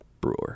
brewer